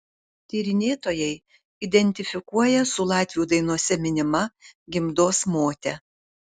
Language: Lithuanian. tyrinėtojai identifikuoja su latvių dainose minima gimdos mote